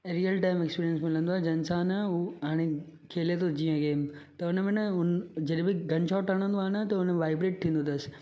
real time experience मिलंदो आहे जंहिं सां न उहो हाणे खिले थो जीअं गेम त हुन में न हुन जहिड़े बि न गन शॉट हणंदो आहे न त हुन वाइब्रेट थींदो अथसि